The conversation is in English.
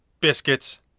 biscuits